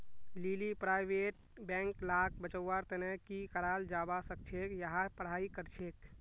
लीली private bank लाक बचव्वार तने की कराल जाबा सखछेक यहार पढ़ाई करछेक